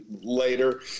later